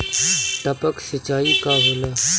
टपक सिंचाई का होला?